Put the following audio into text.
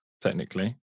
technically